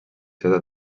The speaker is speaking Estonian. seda